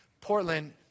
Portland